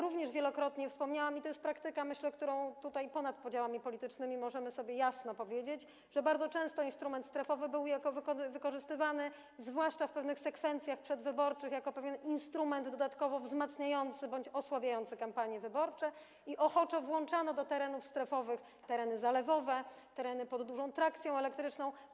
Poza tym wielokrotnie wspominałam - myślę, że jest to praktyka, o której możemy sobie tutaj ponad podziałami politycznymi jasno powiedzieć - że bardzo często instrument strefowy był wykorzystywany, zwłaszcza w pewnych sekwencjach przedwyborczych, jako pewien instrument dodatkowo wzmacniający bądź osłabiający kampanie wyborcze i ochoczo włączano do terenów strefowych tereny zalewowe, tereny pod dużą trakcją elektryczną.